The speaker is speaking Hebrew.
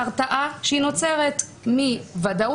התביעה במדינת ישראל שבדיוק בזה היא